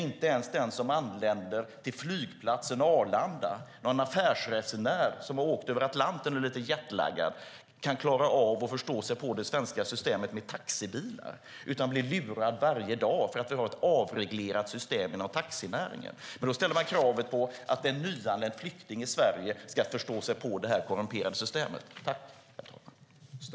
Inte ens jetlaggade affärsresenärer som har åkt över Atlanten och anländer till flygplatsen Arlanda kan förstå sig på det svenska systemet med taxibilar. De blir lurade varje dag för att vi har ett avreglerat system inom taxinäringen. Men man ställer krav på att en nyanländ flykting i Sverige ska förstå sig på det här korrumperade systemet.